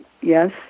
yes